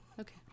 Okay